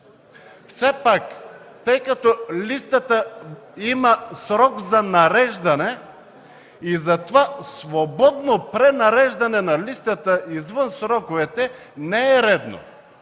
Все пак, тъй като листата има срок за нареждане, и за това свободно пренареждане на листата извън сроковете не е редно.